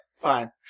fine